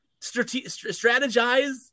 strategize